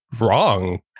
wrong